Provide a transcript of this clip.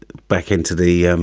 back into the